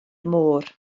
môr